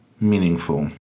meaningful